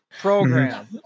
program